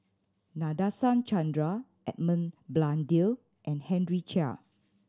Nadasen Chandra Edmund Blundell and Henry Chia